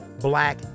Black